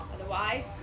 Otherwise